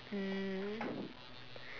mm